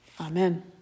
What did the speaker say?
amen